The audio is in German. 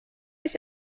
ich